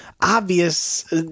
obvious